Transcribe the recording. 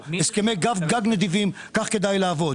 הסכמי גג נדיבים וכך כדאי לעבוד.